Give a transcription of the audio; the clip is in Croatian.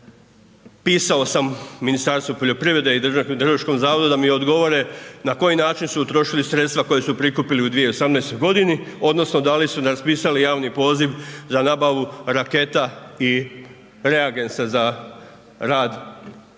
pisao sam Ministarstvu poljoprivrede i DHMZ-u da mi odgovore na koji način su utrošili sredstva koja su prikupili u 2018. g. odnosno da li su raspisali javni poziv za nabavu raketa i reagensa za rad